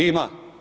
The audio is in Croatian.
Ima.